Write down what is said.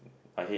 I hate